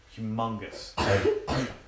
Humongous